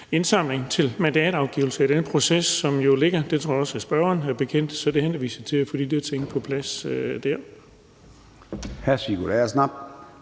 indsamling til mandatafgivelse i den proces, som jo ligger. Det tror jeg også er spørgeren bekendt. Så vi henviser til at få de ting på plads dér.